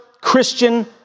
Christian